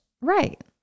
Right